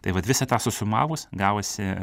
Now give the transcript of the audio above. tai vat visą tą susumavus gavosi